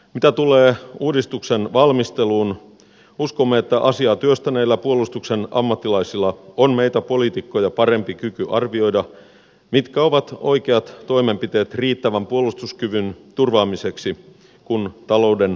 mitä tulee uudistuksen valmisteluun uskomme että asiaa työstäneillä puolustuksen ammattilaisilla on meitä poliitikkoja parempi kyky arvioida mitkä ovat oikeat toimenpiteet riittävän puolustuskyvyn turvaamiseksi kun talouden resurssit vähenevät